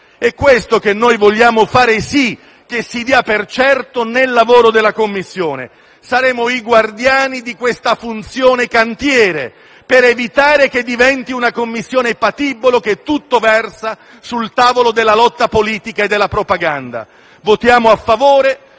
È questo che noi vogliamo fare, che si dia per certo nel lavoro della Commissione. Saremo i guardiani di questa funzione cantiere, per evitare che diventi una Commissione patibolo che tutto versa sul tavolo della lotta politica e della propaganda. Votiamo a favore,